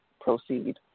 proceed